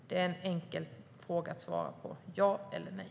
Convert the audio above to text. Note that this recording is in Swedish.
Det är en enkel fråga att svara på - ja eller nej.